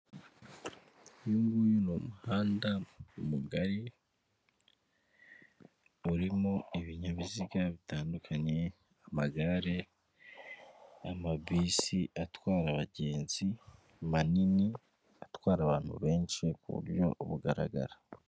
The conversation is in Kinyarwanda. Uyunguyu ni umuhanda mugari urimo ibinyabiziga bitandukanye amagare, n'amabisi atwara abagenzi manini, atwara abantu benshi ku buryo bugaragara.